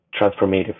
transformative